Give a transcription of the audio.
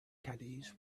caddies